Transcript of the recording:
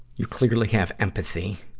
you clearly have empathy.